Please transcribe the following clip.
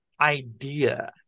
idea